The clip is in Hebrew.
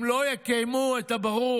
הם לא יקיימו את הברור,